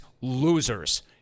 losers